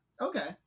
Okay